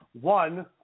One